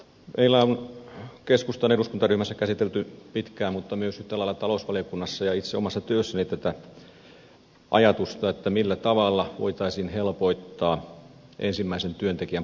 meillä on keskustan eduskuntaryhmässä mutta myös yhtä lailla talousvaliokunnassa käsitelty pitkään ja itse olen käsitellyt omassa työssäni tätä ajatusta millä tavalla voitaisiin helpottaa ensimmäisen työntekijän palkkausta